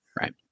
Right